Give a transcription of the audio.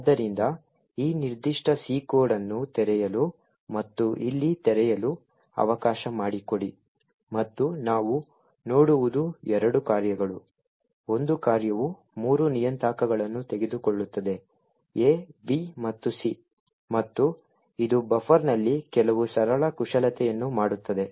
ಆದ್ದರಿಂದ ಈ ನಿರ್ದಿಷ್ಟ C ಕೋಡ್ ಅನ್ನು ತೆರೆಯಲು ಮತ್ತು ಇಲ್ಲಿ ತೆರೆಯಲು ಅವಕಾಶ ಮಾಡಿಕೊಡಿ ಮತ್ತು ನಾವು ನೋಡುವುದು ಎರಡು ಕಾರ್ಯಗಳು ಒಂದು ಕಾರ್ಯವು ಮೂರು ನಿಯತಾಂಕಗಳನ್ನು ತೆಗೆದುಕೊಳ್ಳುತ್ತದೆ a b ಮತ್ತು c ಮತ್ತು ಇದು ಬಫರ್ನಲ್ಲಿ ಕೆಲವು ಸರಳ ಕುಶಲತೆಯನ್ನು ಮಾಡುತ್ತದೆ